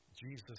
Jesus